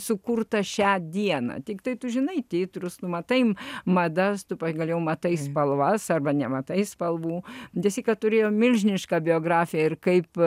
sukurtą šią dieną tiktai tu žinai titrus tu matai madas tu pagaliau matai spalvas arba nematai spalvų de sika turėjo milžinišką biografiją ir kaip